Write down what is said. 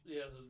Yes